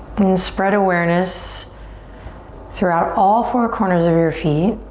and spread awareness throughout all four corners of your feet.